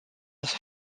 his